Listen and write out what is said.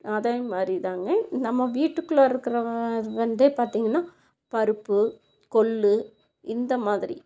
அதே மாதிரி தாங்க நம்ம வீட்டுக்குள்ளே இருக்கிற வந்து பார்த்தீங்கன்னா பருப்பு கொள்ளு இந்தமாதிரி